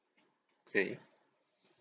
okay